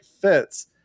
fits